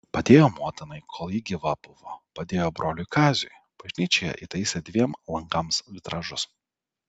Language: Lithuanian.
padėjo motinai kol ji gyva buvo padėjo broliui kaziui bažnyčioje įtaisė dviem langams vitražus